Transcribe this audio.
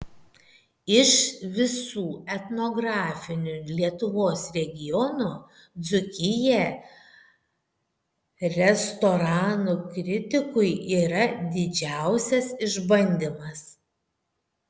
iš visų etnografinių lietuvos regionų dzūkija restoranų kritikui yra didžiausias išbandymas